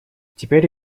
теперь